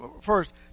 First